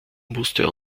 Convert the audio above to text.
musste